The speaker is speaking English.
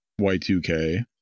Y2K